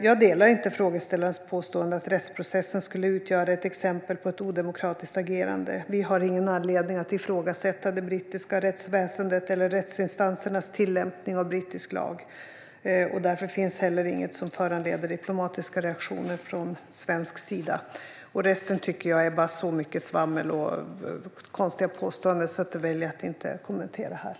Jag delar inte frågeställarens påstående om att rättsprocessen skulle utgöra ett exempel på ett odemokratiskt agerande. Vi har ingen anledning till att ifrågasätta det brittiska rättsväsendet eller rättsinstansernas tillämpning av brittisk lag. Därför finns heller inget som föranleder diplomatiska reaktioner från svensk sida. Resten tycker jag är så mycket svammel och konstiga påståenden att jag väljer att inte kommentera det.